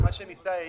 אפשר למצוא איזונים.